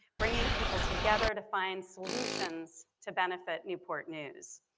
bringing people together to find solutions to benefit newport news.